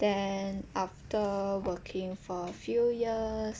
then after working for a few years